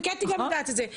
וקטי גם יודעת את זה.